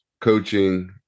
coaching